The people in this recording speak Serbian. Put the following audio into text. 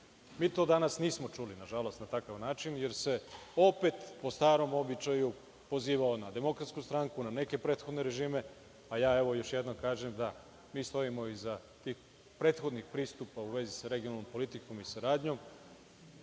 Mi to danas nismo čuli na takav način, jer se opet po starom običaju pozivao na Demokratsku stranku, na neke prethodne režime, a ja još jednom kažem da mi stojimo iza prethodnih pristupa u vezi sa regionalnom politikom i saradnjom.